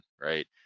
right